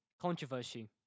controversy